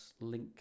Link